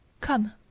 Come